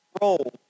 Roll